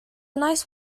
nice